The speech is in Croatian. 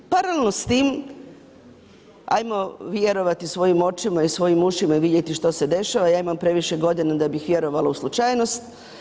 Paralelno s tim, ajmo vjerovati svojim očima i svojim ušima i vidjeti što se dešava, ja imam previše godina da bih vjerovala u slučajnost.